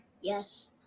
Yes